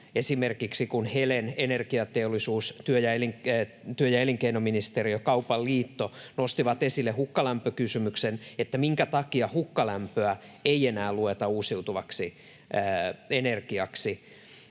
esimerkiksi Helen, Energiateollisuus, työ- ja elinkeinoministeriö, Kaupan liitto nostivat esille hukkalämpökysymyksen, niin minkä takia hukkalämpöä ei enää lueta uusiutuvaksi energiaksi?